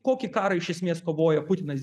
kokį karą iš esmės kovoja putinas